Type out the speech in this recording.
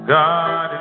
God